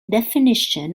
definition